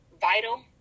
vital